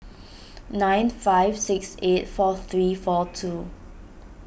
nine five six eight four three four two